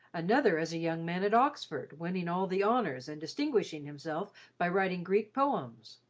another as a young man at oxford, winning all the honours, and distinguishing himself by writing greek poems